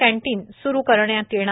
canteen सुरू करण्यात येणार